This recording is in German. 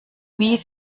wie